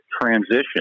transition